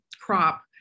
crop